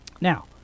Now